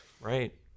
Right